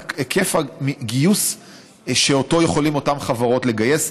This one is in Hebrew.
את היקף הגיוס שיכולות אותן חברות לגייס.